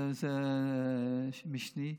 זה משני.